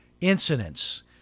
incidents